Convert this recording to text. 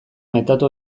metatu